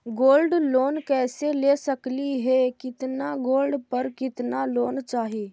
Gold loan कैसे ले सकली हे, कितना गोल्ड पर कितना लोन चाही?